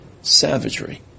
savagery